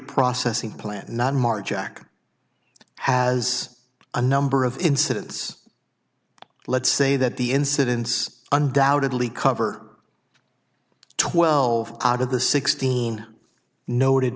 processing plant not march jack has a number of incidents let's say that the incidence undoubtedly cover twelve out of the sixteen noted